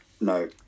no